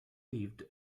lived